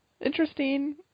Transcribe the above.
Interesting